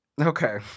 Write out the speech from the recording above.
Okay